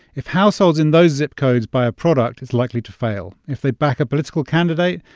if households in those zip codes buy a product, it's likely to fail. if they back a political candidate,